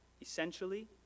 essentially